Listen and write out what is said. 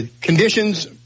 conditions